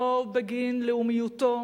לא בגין לאומיותו